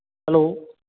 hello